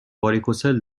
واریکوسل